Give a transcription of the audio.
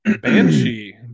Banshee